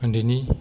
उन्दैनि